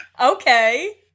Okay